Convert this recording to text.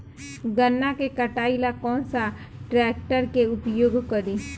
गन्ना के कटाई ला कौन सा ट्रैकटर के उपयोग करी?